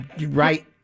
Right